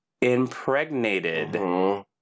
Impregnated